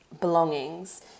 belongings